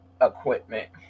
equipment